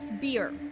beer